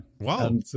Wow